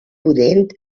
pudent